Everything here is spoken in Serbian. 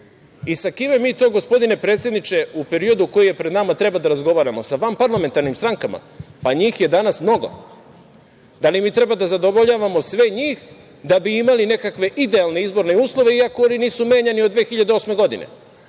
i sa kime mi to, gospodine predsedniče, u periodu koji je pred nama treba da razgovaramo? Sa vanparlamentarnim strankama? Pa njih je danas mnogo. Da li mi treba da zadovoljavamo sve njih da bi imali nekakve idealne izborne uslove iako oni nisu menjani od 2008. godine,